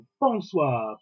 Bonsoir